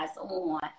on